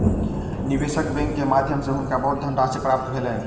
निवेशक बैंक के माध्यम सॅ हुनका बहुत धनराशि प्राप्त भेलैन